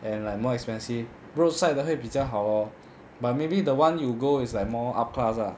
and like more expensive road side 的会比较好 lor but maybe the one you go is like more up class lah